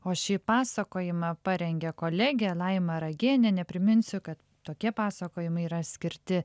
o šį pasakojimą parengė kolegė laima ragėnienė priminsiu kad tokie pasakojimai yra skirti